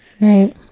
Right